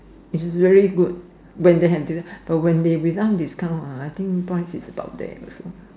it's very good when they have discount but when they without discount ah I think price is about there also